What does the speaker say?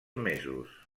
mesos